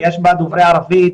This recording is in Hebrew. יש בה דוברי ערבית,